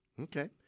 Okay